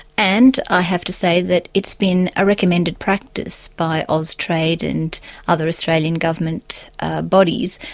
and i have to say that it's been a recommended practice by austrade and other australian government ah bodies,